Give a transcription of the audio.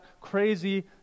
crazy